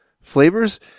flavors